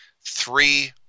Three